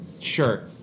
Sure